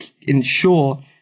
ensure